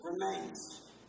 remains